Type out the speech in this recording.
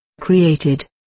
Created